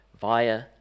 via